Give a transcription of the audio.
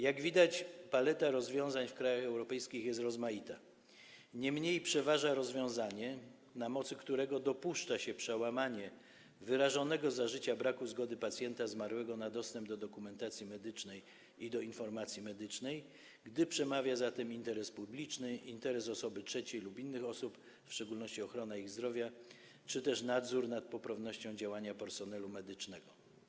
Jak widać, paleta rozwiązań w krajach europejskich jest szeroka, niemniej przeważa rozwiązanie, na mocy którego dopuszcza się przełamanie wyrażonego za życia braku zgody zmarłego pacjenta na dostęp do dokumentacji medycznej i do informacji medycznej, gdy przemawia za tym interes publiczny, interes osoby trzeciej lub innych osób, w szczególności dotyczący ochrony ich zdrowia, czy też nadzór nad poprawnością działania personelu medycznego.